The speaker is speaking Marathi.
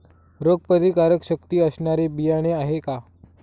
रोगप्रतिकारशक्ती असणारी बियाणे आहे का?